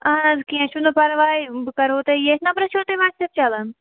اہن حظ کیٚنٛہہ چھُنہٕ پرواے بہٕ کَرو تۄہہِ ییٚتھۍ نَمبَرس چھُوا تۄہہِ وَٹسیپ چَلان